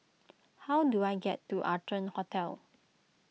how do I get to Arton Hotel